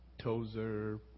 Tozer